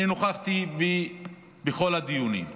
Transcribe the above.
אני נכחתי בכל הדיונים.